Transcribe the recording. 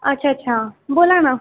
अच्छा अच्छा बोला ना